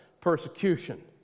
Persecution